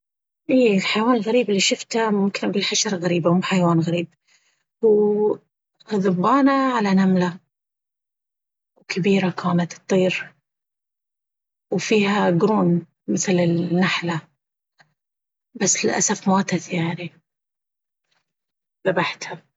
أي الحيوان الغريب ألي شفته ممكن أقول حشرة غريبة مو حيوان غريب. هو ذبانة على نملة كبيرة كانت تطير وفيها قرون مثل النحلة بس للأسف ماتت يعني! ذبحتها.